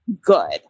good